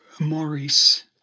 Maurice